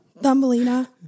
Thumbelina